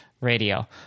radio